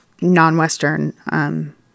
non-Western